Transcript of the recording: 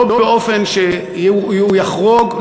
לא באופן שהוא יחרוג,